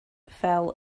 fell